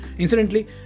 Incidentally